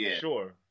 sure